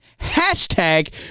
hashtag